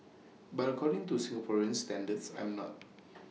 but according to Singaporean standards I'm not